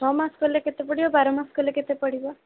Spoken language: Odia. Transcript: ଛଅ ମାସ କଲେ କେତେ ପଡ଼ିବ ବାର ମାସ କଲେ କେତେ ପଡ଼ିବ